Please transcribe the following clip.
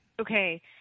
Okay